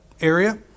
area